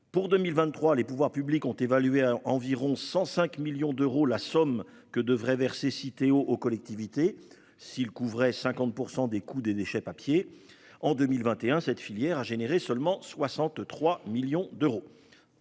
Pour 2023, les pouvoirs publics ont évalué à environ 105 millions d'euros la somme que devrait verser Citeo aux collectivités pour couvrir 50 % des coûts des déchets papier. En 2021, cette filière a généré seulement 63 millions d'euros.